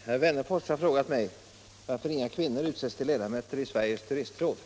Herr talman! Herr Wennerfors har frågat mig, varför inga kvinnor har utsetts till ledamöter i Sveriges turistråd.